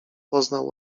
poznał